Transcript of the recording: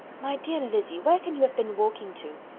my dear lizzy, where can you have been walking to?